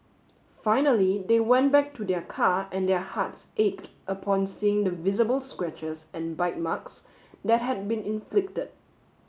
finally they went back to their car and their hearts ached upon seeing the visible scratches and bite marks that had been inflicted